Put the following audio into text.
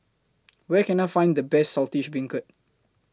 Where Can I Find The Best Saltish Beancurd